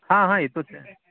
હા હા એ તો છે